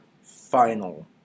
final